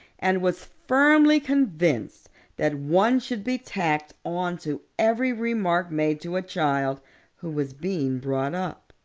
and was firmly convinced that one should be tacked on to every remark made to a child who was being brought up.